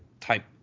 type